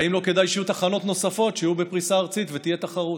האם לא כדאי שיהיו תחנות נוספות שיהיו בפריסה ארצית ותהיה תחרות?